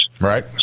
Right